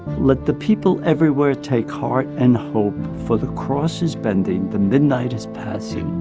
let the people everywhere take heart and hope for the cross is bending, the midnight is passing.